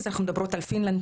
אנחנו מדברות על פינלנד,